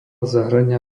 zahŕňa